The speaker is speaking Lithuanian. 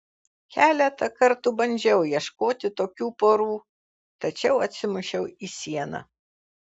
keletą kartų bandžiau ieškoti tokių porų tačiau atsimušiau į sieną